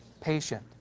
Patient